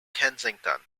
kensington